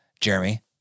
Jeremy